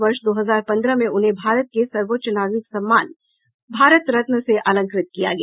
वर्ष दो हजार पन्द्रह में उन्हें भारत के सर्वोच्च नागरिक सम्मान भारत रत्न से अलंकृत किया गया